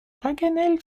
paganel